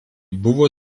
buvo